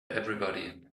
everybody